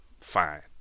Fine